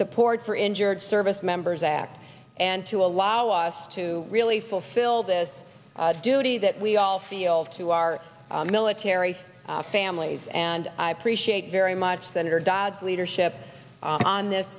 support for injured service members act and to allow us to really fulfill this duty that we all feel to our military families and i appreciate very much senator dodd's leadership on this